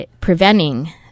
preventing